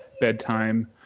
bedtime